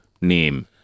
name